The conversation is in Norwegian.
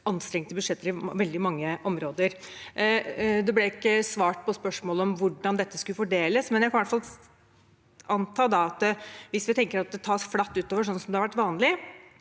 Det ble ikke svart på spørsmålet om hvordan dette skulle fordeles, men jeg kan i hvert fall anta at hvis vi tenker at det deles flatt utover, slik det har vært vanlig,